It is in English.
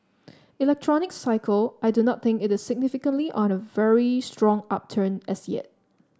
electronics cycle I do not think it is significantly on a very strong upturn as yet